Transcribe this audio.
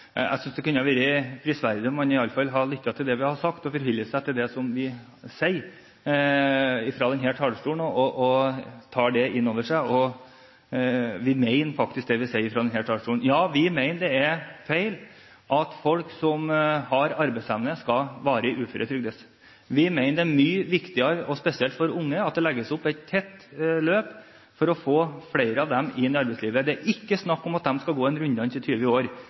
Jeg synes det kunne ha vært prisverdig om man iallfall hadde lyttet til det vi har sagt, og forholdt seg til det som vi sier fra denne talerstolen, og tar det inn over seg. Vi mener faktisk det vi sier fra denne talerstolen. Ja, vi mener det er feil at folk som har arbeidsevne, skal varig uføretrygdes. Vi mener det er mye viktigere, spesielt for unge, at det legges opp et tett løp for å få flere av dem inn i arbeidslivet. Det er ikke snakk om at de skal gå i en runddans i 20 år,